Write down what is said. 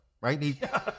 Right